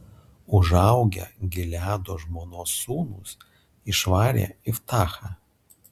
užaugę gileado žmonos sūnūs išvarė iftachą